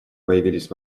появились